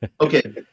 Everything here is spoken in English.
Okay